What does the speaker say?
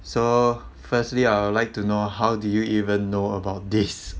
so firstly I would like to know how do you even know about this